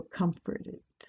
comforted